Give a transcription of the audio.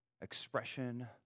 expression